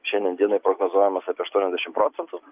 šiandien dienai prognozuojamas apie aštuoniasdešimt procentų